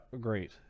Great